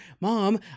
mom